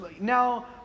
now